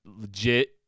legit